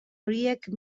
horiek